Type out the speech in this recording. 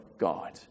God